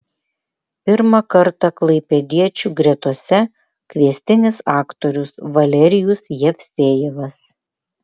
pirmą kartą klaipėdiečių gretose kviestinis aktorius valerijus jevsejevas